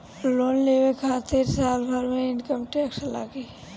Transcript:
Loan लेवे खातिर कै साल के इनकम टैक्स लागी?